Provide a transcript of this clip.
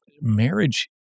Marriage